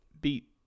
beat